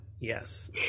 Yes